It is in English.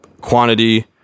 quantity